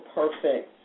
perfect